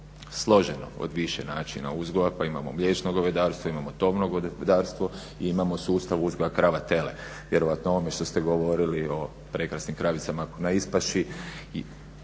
složeno od više načina uzgoja, pa imamo mliječno govedarstvo, imamo tovno govedarstvo i imamo sustav uzgoja krava – tele. Vjerojatno o ovome što ste govorili o prekrasnim kravicama na ispaši